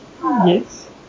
Yes